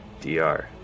DR